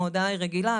ההודעה היא רגילה,